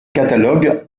catalogue